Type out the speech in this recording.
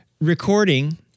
recording